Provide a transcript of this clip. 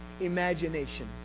imagination